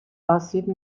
آسیب